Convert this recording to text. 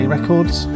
Records